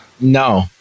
no